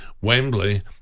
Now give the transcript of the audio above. Wembley